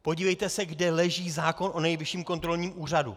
Podívejte se, kde leží zákon o Nejvyšším kontrolním úřadu.